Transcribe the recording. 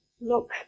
look